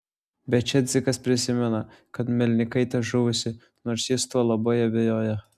bet čia dzikas prisimena kad melnikaitė žuvusi nors jis tuo labai abejoja